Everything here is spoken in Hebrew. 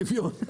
שוויון.